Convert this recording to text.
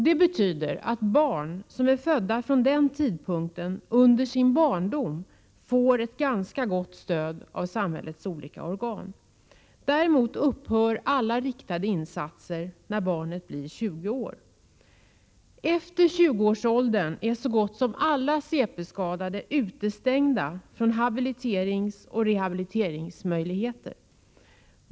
Det betyder att barn som är födda från den tidpunkten under sin barndom fått ett ganska gott stöd från samhällets olika organ. Däremot upphör alla riktade insatser när barnet blir 20 år. Efter 20 års ålder är så gott som alla cp-skadade utestängda från habiliteringsoch rehabiliteringsmöjligheter.